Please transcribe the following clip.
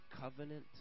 covenant